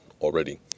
already